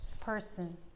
person